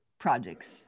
projects